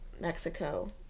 Mexico